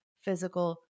physical